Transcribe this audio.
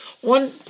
One